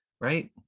right